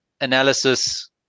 analysis